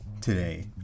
today